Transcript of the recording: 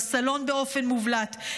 בסלון באופן מובלט,